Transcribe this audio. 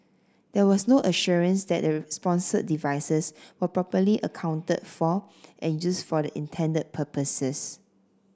there was no assurance that the sponsored devices were properly accounted for and used for the intended purposes